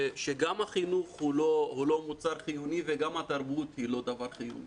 שגם החינוך הוא לא מוצר חיוני וגם התרבות היא לא דבר חיוני,